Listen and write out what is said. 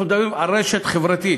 אנחנו מדברים על רשת חברתית.